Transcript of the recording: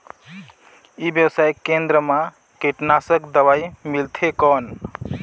ई व्यवसाय केंद्र मा कीटनाशक दवाई मिलथे कौन?